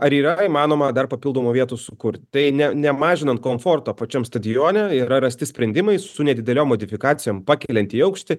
ar yra įmanoma dar papildomų vietų sukurttai ne nemažinant komforto pačiam stadione yra rasti sprendimai su nedideliom modifikacijom pakeliant į aukštį